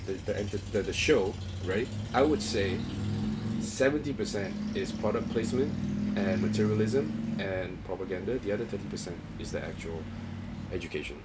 the the entered the show right I would say seventy percent is product placement and materialism and propaganda the other thirty percent is the actual education